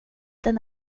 den